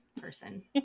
Person